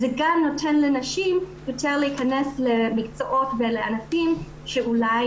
וזה גם נותן לנשים יותר להיכנס למקצועות ולענפים שאולי